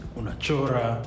unachora